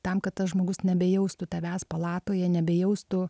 tam kad tas žmogus nebejaustų tavęs palatoje nebejaustų